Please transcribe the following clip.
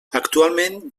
actualment